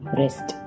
rest